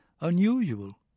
unusual